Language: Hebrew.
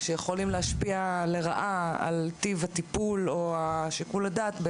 שיכולים להשפיע לרעה על טיב הטיפול או שיקול הדעת.